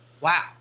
Wow